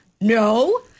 No